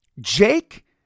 Jake